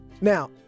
Now